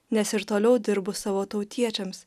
nes ir toliau dirbu savo tautiečiams